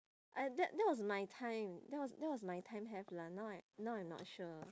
I that that was my time that was that was my time have lah now I now I'm not sure